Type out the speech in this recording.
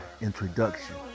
introduction